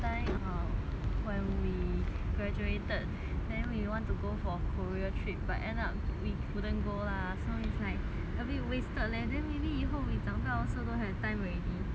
then we want to go for korea trip but end up we couldn't go lah so it's like a bit wasted leh then maybe 以后 we 长大 also don't have time already